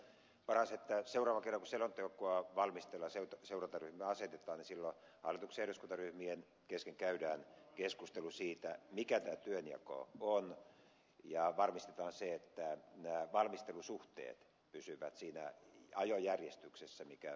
minusta on paras että seuraavan kerran kun selontekoa valmistellaan seurantaryhmä asetetaan silloin hallituksen ja eduskuntaryhmien kesken käydään keskustelu siitä mikä työnjako on ja varmistetaan se että valmistelusuhteet pysyvät siinä ajojärjestyksessä mikä meidän järjestelmään kuuluu